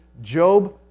Job